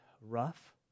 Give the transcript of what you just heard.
rough